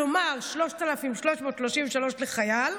כלומר 3,333 לחייל,